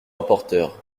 rapporteur